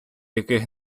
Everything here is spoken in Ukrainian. яких